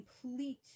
Complete